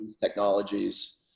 technologies